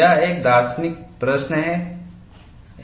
यह एक दार्शनिक प्रश्न है